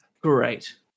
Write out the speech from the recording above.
Great